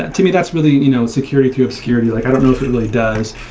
to me, that's really you know security through obscurity. like i don't know if it really does.